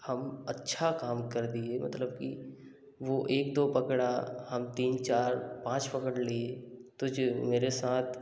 हम अच्छा काम कर दिए मतलब कि वो एक दो पकड़ा हम तीन चार पाँच पकड़ लिये तो जो मेरे साथ